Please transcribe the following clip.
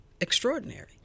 extraordinary